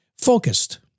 Focused